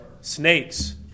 snakes